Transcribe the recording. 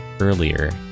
earlier